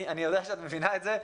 אני יודע שאת מבינה את זה.